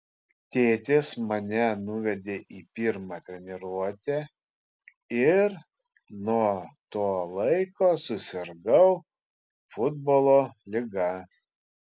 tėtis mane nuvedė į pirmą treniruotę ir nuo to laiko susirgau futbolo liga